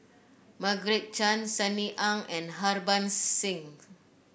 Margaret Chan Sunny Ang and Harbans Singh